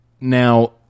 now